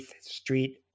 Street